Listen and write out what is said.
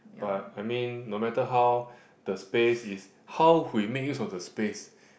but I mean no matter how the space is how we make use of the space